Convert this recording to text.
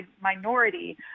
minority